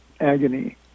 agony